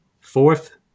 Fourth